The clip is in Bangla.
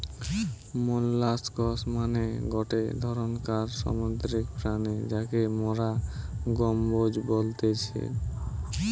মোল্লাসকস মানে গটে ধরণকার সামুদ্রিক প্রাণী যাকে মোরা কম্বোজ বলতেছি